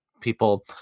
people